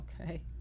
okay